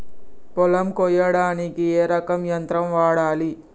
పొలం కొయ్యడానికి ఏ రకం యంత్రం వాడాలి?